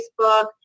Facebook